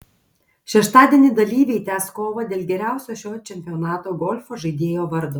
šeštadienį dalyviai tęs kovą dėl geriausio šio čempionato golfo žaidėjo vardo